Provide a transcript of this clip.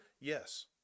Yes